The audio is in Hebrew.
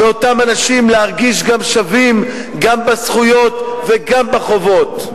של אותם אנשים להרגיש שווים גם בזכויות וגם בחובות.